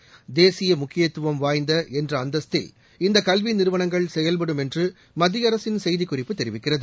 தேசிய முக்கியத்துவம் வாய்ந்த என்ற அந்தஸ்தில் இந்த கல்வி நிறுவனங்கள் செயல்படும் என்று மத்திய அரசின் செய்திக்குறிப்பு தெரிவிக்கிறது